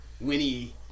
Winnie